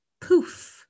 poof